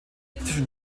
zwischen